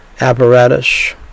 apparatus